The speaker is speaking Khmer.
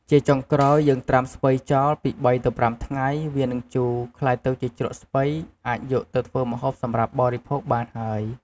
ជាចុងក្រោយយេីងត្រាំស្ពៃចោល ពីបីទៅប្រាំថ្ងៃ វានឹងជូរ ក្លាយទៅជាជ្រក់ស្ពៃអាចយកទៅធ្វើម្ហូបសម្រាប់បរិភោគបានហើយ។